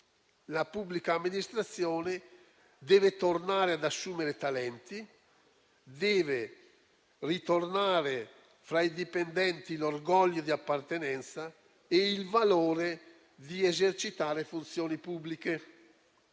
La pubblica amministrazione deve tornare ad assumere talenti, deve tornare fra i dipendenti l'orgoglio di appartenenza e il valore di esercitare funzioni pubbliche.